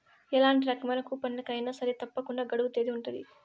ఎలాంటి రకమైన కూపన్లకి అయినా సరే తప్పకుండా గడువు తేదీ ఉంటది